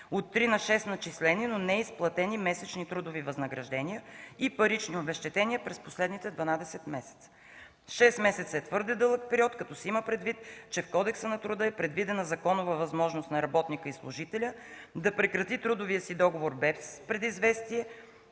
от 3 на 6 начислени, но неизплатени месечни трудови възнаграждения и парични обезщетения през последните 12 месеца. Шест месеца е твърде дълъг период, като се има предвид, че в Кодекса на труда е предвидена законова възможност на работника и служителя да прекрати трудовия си договор без предизвестие,